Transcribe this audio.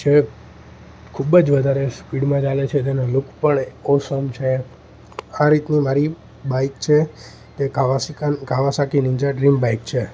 જે ખૂબ જ વધારે સ્પીડમાં ચાલે છે તેનો લુક પણ ઓસમ છે આ રીતની મારી બાઈક છે તે કાવાસાખન કાવાસાકી નીન્જા ડ્રીમ બાઈક છે